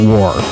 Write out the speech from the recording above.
War